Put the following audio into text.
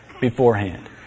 beforehand